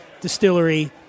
distillery